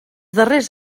darrers